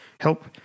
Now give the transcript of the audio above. help